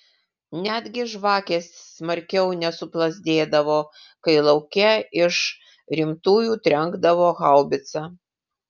netgi žvakės smarkiau nesuplazdėdavo kai lauke iš rimtųjų trenkdavo haubica